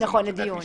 לבית משפט.